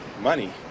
Money